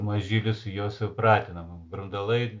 mažylius juos jau pratinam grundalai